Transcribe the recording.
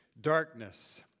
darkness